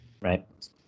right